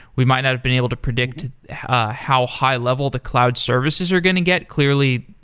we might not have been able to predict how highl-level the cloud services are going to get. clearly,